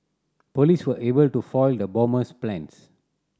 police were able to foil the bomber's plans